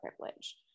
privilege